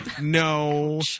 No